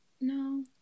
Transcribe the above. No